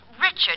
Richard